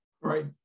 right